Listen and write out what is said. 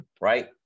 right